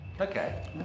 Okay